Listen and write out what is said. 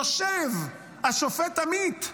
יושב השופט עמית,